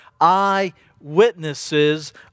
eyewitnesses